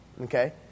Okay